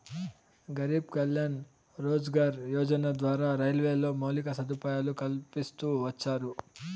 గరీబ్ కళ్యాణ్ రోజ్గార్ యోజన ద్వారా రైల్వేలో మౌలిక సదుపాయాలు కల్పిస్తూ వచ్చారు